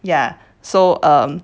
yeah so um